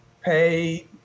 pay